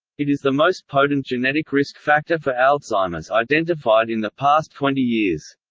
it is the most potent genetic risk factor for alzheimer's identified in the past twenty years.